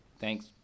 Thanks